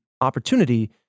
opportunity